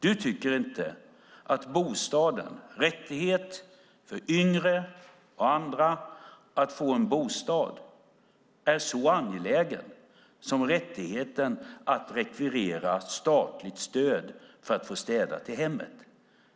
Du tycker inte att rättigheten för yngre och andra att få en bostad är så angelägen som rättigheten att rekvirera statligt stöd för att få städat i hemmet.